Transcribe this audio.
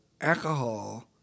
alcohol